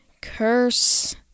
curse